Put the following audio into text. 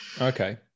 Okay